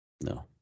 No